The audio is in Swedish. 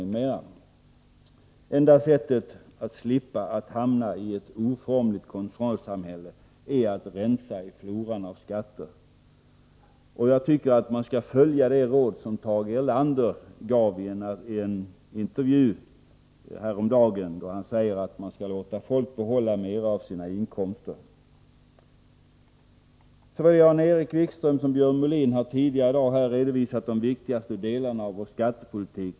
Det enda sättet att slippa att hamna i ett oformligt kontrollsamhälle är att rensa i floran av skatter. Jag tycker att man skall följa det råd som Tage Erlander gav vid en intervju häromdagen. Han sade då att man bör låta folk behålla mera av sina inkomster. Såväl Jan-Erik Wikström som Björn Molin har tidigare i dag redovisat de viktigaste delarna av vår skattepolitik.